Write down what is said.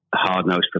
hard-nosed